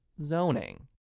zoning